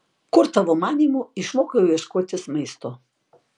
kur tavo manymu išmokau ieškotis maisto